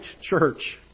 church